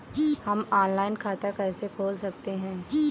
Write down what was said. हम ऑनलाइन खाता कैसे खोल सकते हैं?